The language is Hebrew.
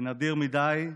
זה נדיר למדי.